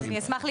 בואו נשב,